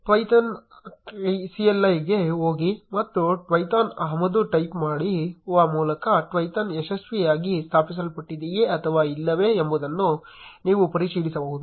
Python cli ಗೆ ಹೋಗಿ ಮತ್ತು Twython ಆಮದು ಟೈಪ್ ಮಾಡುವ ಮೂಲಕ Twython ಯಶಸ್ವಿಯಾಗಿ ಸ್ಥಾಪಿಸಲ್ಪಟ್ಟಿದೆಯೇ ಅಥವಾ ಇಲ್ಲವೇ ಎಂಬುದನ್ನು ನೀವು ಪರಿಶೀಲಿಸಬಹುದು